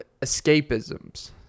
escapisms